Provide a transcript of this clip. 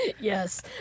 yes